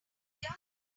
here